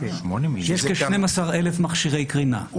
יש 12,000 מכשירי קרינה.